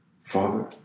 Father